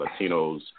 Latinos